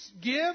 give